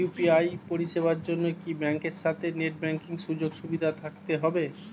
UPI পরিষেবার জন্য কি ব্যাংকের সাথে নেট ব্যাঙ্কিং সুযোগ সুবিধা থাকতে হবে?